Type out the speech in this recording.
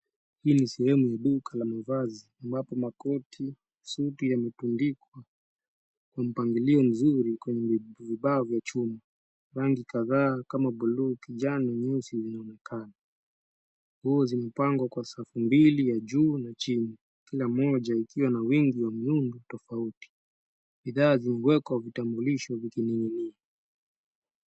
Hii ni sehemu ya duka la mavazi ambapo makoti ,suti yametundikwa kwa mpangilio mzuri kwenye vibao vya chuma. Rangi kadhaa kama buluu, kijani nyeusi zinaonekana Nguo zimepangwa kwa safu mbili ya juu na chini kila moja ikiwa na rangi, muundo tofauti. Bidhaa zimewekwa vitambulisho mikononi.